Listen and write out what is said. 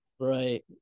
right